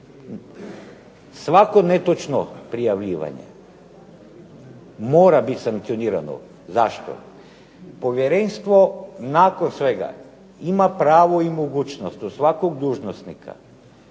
Svako netočno prijavljivanje mora biti sankcionirano. Zašto? Povjerenstvo nakon svega ima pravo i mogućnost od svakog dužnosnika